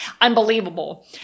unbelievable